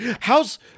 How's